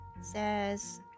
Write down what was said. says